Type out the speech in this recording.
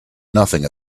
nothing